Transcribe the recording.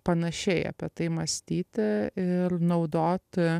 panašiai apie tai mąstyti ir naudot